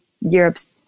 Europe's